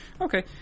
Okay